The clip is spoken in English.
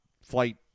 flight